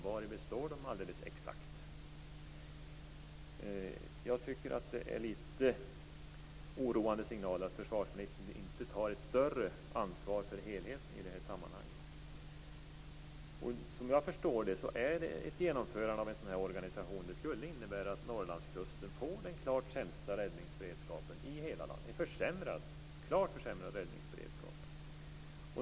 Vad består de exakt av? Jag tycker att det är oroande signaler att försvarsministern inte tar större ansvar för helheten. Vad jag förstår skulle genomförandet av en sådan här organisation innebära att Norrlandskusten får den klart sämsta räddningsberedskapen i hela landet, en klart försämrad räddningsberedskap.